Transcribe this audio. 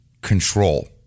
control